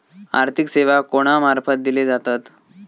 आर्थिक सेवा कोणा मार्फत दिले जातत?